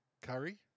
Curry